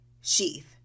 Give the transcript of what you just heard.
sheath